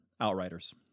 Outriders